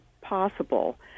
possible